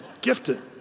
Gifted